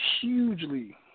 hugely